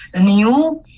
new